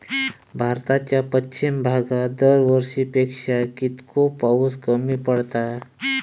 भारताच्या पश्चिम भागात दरवर्षी पेक्षा कीतको पाऊस कमी पडता?